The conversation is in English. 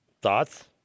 Thoughts